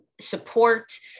support